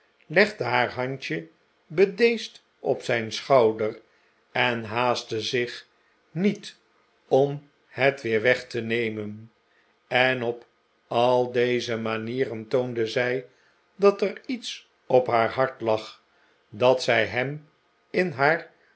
legde haar handje bedeesd op zijn schouder en haastte zich niet om het weer weg te nemen en op al deze manieren toonde zij dat er iets op haar hart lag dat zij hem in haar